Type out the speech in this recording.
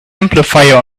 amplifier